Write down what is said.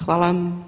Hvala.